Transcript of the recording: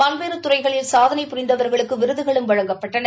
பல்வேறு துறைகளில் சாதனை புரிந்தவர்களுக்கு விருதுகளும் வழங்கப்பட்டன